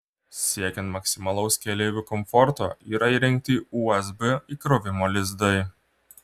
siekiant maksimalaus keleivių komforto yra įrengti usb įkrovimo lizdai